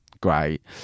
Great